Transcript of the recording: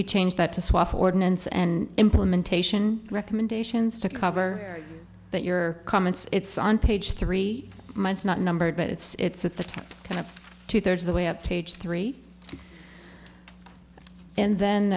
you change that to swap ordinance and implementation recommendations to cover but your comments it's on page three months not numbered but it's at the end of two thirds of the way up page three and then